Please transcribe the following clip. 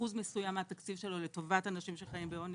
אחוז מסוים מהתקציב שלו לטובת אנשים שחיים בעוני.